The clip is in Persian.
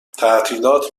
تعطیلات